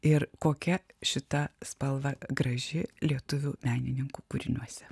ir kokia šita spalva graži lietuvių menininkų kūriniuose